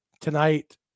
tonight